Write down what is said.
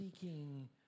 seeking